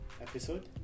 episode